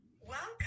Welcome